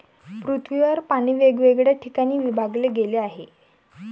पृथ्वीवर पाणी वेगवेगळ्या ठिकाणी विभागले गेले आहे